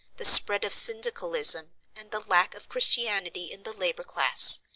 the spread of syndicalism and the lack of christianity in the labour class,